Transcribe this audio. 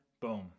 boom